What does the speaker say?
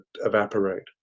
evaporate